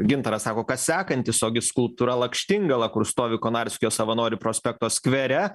gintaras sako kas sekantis ogi skulptūra lakštingala kur stovi konarskio savanorių prospekto skvere